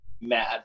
mad